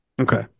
Okay